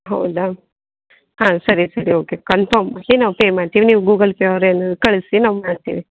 ಹೌದ ಹಾಂ ಸರಿ ಸರಿ ಓಕೆ ಕನ್ಫಾಮ್ ನಾವು ಪೇ ಮಾಡ್ತೀವಿ ನೀವು ಗೂಗಲ್ ಪೇ ಒರ್ ಏನಾರು ಕಳಿಸಿ ನಾವು ಮಾಡ್ತೀವಿ